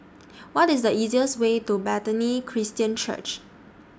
What IS The easiest Way to Bethany Christian Church